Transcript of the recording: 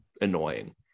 annoying